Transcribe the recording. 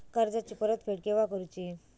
कर्जाची परत फेड केव्हा करुची?